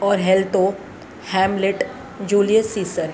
और हेलतो Hamlet Julius सीसर